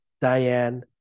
Diane